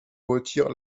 retire